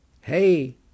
Hey